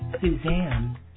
Suzanne